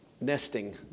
nesting